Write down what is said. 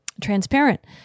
transparent